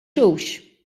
hux